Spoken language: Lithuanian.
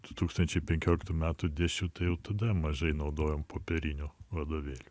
du tūkstančiai penkioliktų metų dėsčiau tai jau tada mažai naudojom popierinių vadovėlių